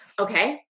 Okay